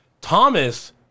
Thomas